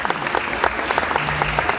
Hvala